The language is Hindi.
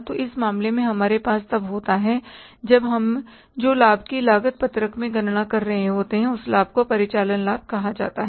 तो इस मामले में हमारे पास तब होता है जब हम जो लाभ की लागत पत्रक में गणना कर रहे होते हैं उस लाभ को परिचालन लाभ कहा जाता है